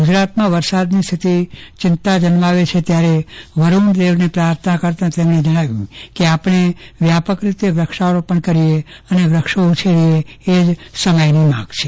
ગુજરાતમાં વરસાદની સ્થિતિ ચિંતા જન્માવે છે ત્યારે વરૂણદેવને પ્રાર્થના કરતાં તેમણે જણાવ્યું હતું કે આપણે વ્યાપક રીતે વૃક્ષારોપણ કરીએ અને વૃક્ષો ઉછેરીએ એ જ સમયની માંગ છે